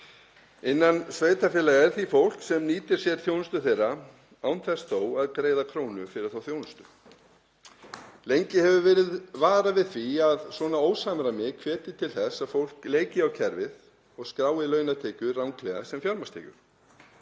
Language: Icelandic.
Innan sveitarfélaga er því fólk sem nýtir sér þjónustu þeirra án þess þó að greiða krónu fyrir hana. Lengi hefur verið varað við því að svona ósamræmi hvetji til þess að fólk leiki á kerfið og skrái launatekjur ranglega sem fjármagnstekjur,